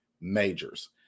Majors